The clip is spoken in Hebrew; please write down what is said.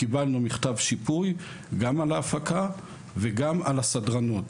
קיבלנו מכתב שיפוי גם על ההפקה וגם על הסדרנות.